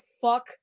fuck